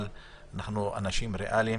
אבל אנחנו אנשים ריאליים